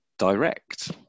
direct